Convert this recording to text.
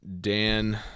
Dan